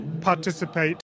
participate